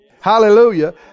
Hallelujah